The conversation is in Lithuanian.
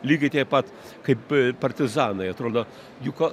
lygiai taip pat kaip partizanai atrodo juk